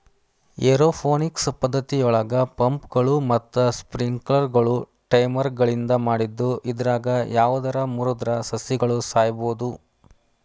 aeroponics ಪದ್ದತಿಯೊಳಗ ಪಂಪ್ಗಳು ಮತ್ತ ಸ್ಪ್ರಿಂಕ್ಲರ್ಗಳು ಟೈಮರ್ಗಳಿಂದ ಮಾಡಿದ್ದು ಇದ್ರಾಗ ಯಾವದರ ಮುರದ್ರ ಸಸಿಗಳು ಸಾಯಬೋದು